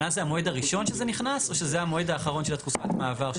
שנה זה המועד הראשון שזה נכנס או שזה המועד האחרון של תקופת המעבר?